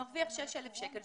מרוויח 6,000 שקלים,